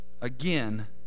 Again